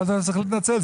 לא צריך להתנצל.